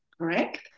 Correct